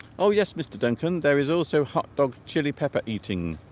oh yes mr. duncan there is also hot dog chili pepper eating